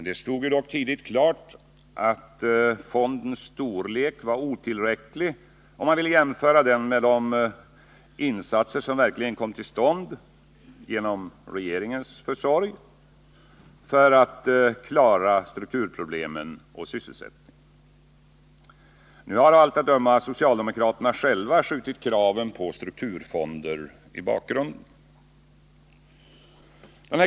Det stod dock tidigt klart att fondens storlek var helt otillräcklig, jämfört med de verkliga insatser som regeringen fått göra för att klara strukturproblemen och sysselsättningen. Nu har av allt att döma socialdemokraterna själva skjutit kraven på strukturfonder i bakgrunden.